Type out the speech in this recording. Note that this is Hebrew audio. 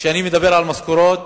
כשאני מדבר על משכורות,